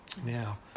now